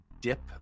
dip